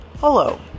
Hello